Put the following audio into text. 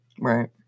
right